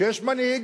שיש מנהיג,